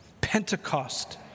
Pentecost